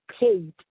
paid